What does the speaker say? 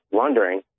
wondering